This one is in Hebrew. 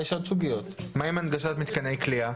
מה עם הנגשת מתקני כליאה?